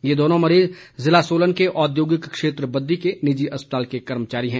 ये दोनों मरीज जिला सोलन के औद्योगिक क्षेत्र बद्दी के निजी अस्पताल के कर्मचारी हैं